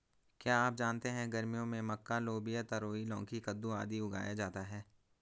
क्या आप जानते है गर्मियों में मक्का, लोबिया, तरोई, लौकी, कद्दू, आदि उगाया जाता है?